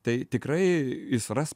tai tikrai jis ras